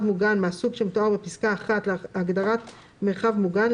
מוגן מהסוג שמתואר בפסקה (1) להגדרת מרחב מוגן,